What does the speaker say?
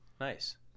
Nice